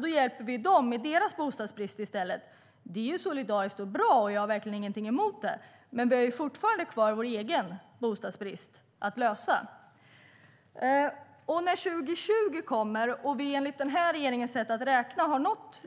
Då hjälper vi dem med deras bostadsbrist i stället. Det är solidariskt och bra, och jag har verkligen inget emot det, men vi har fortfarande kvar vår egen bostadsbrist att lösa. När 2020 kommer och vi enligt regeringens sätt att räkna har nått